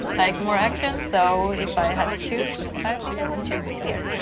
like, more action, so if i had to choose i think i would choose feared.